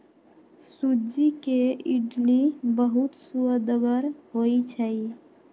सूज्ज़ी के इडली बहुत सुअदगर होइ छइ